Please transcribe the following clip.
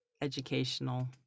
educational